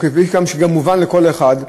וכפי שמובן לכל אחד,